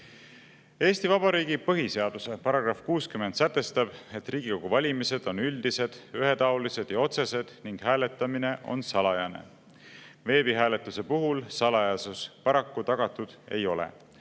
Eesti Vabariigi põhiseaduse § 60 sätestab, et Riigikogu valimised on üldised, ühetaolised ja otsesed ning hääletamine on salajane. Veebihääletuse puhul salajasus paraku tagatud ei ole,